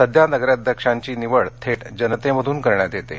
सध्या नगराध्यक्षांची निवड थेट जनतेमधून करण्यात येत आहे